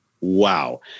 Wow